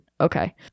Okay